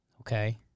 Okay